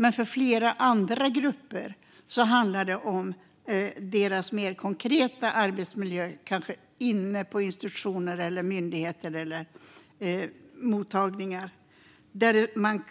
Men för flera andra grupper handlar det om deras mer konkreta arbetsmiljö, kanske inne på institutioner, myndigheter eller mottagningar, och där kan man